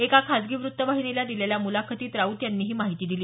एका खासगी वृत्तवाहिनीला दिलेल्या मुलाखतीत राऊत यांनी ही माहिती दिली